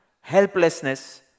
helplessness